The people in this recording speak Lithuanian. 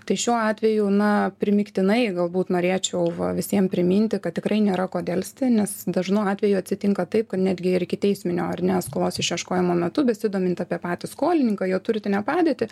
tai šiuo atveju na primygtinai galbūt norėčiau va visiem priminti kad tikrai nėra ko delsti nes dažnu atveju atsitinka taip kad netgi ir ikiteisminio ar ne skolos išieškojimo metu besidomint apie patį skolininką jo turtinę padėtį